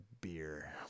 beer